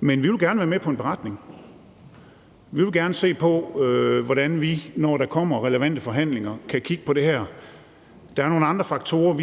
Men vi vil gerne være med på en beretning. Vi vil gerne se på, hvordan vi, når der kommer relevante forhandlinger, kan kigge på det her. Der er nogle andre faktorer, som